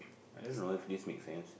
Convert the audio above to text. I don't know if this makes sense